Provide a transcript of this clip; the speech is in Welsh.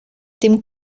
dim